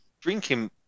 Drinking